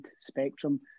spectrum